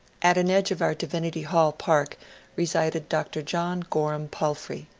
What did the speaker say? at an edge of our divinity hall park resided dr. john gorham palfrey.